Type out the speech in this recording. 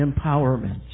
empowerment